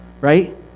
right